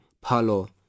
palo